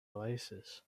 oasis